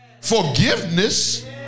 forgiveness